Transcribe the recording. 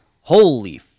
Holy